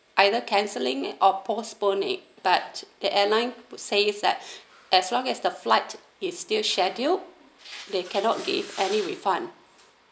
either cancelling it or postpone it but the airline says that as long as the flight is still scheduled they cannot give any refund